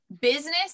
business